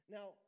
Now